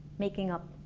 making up.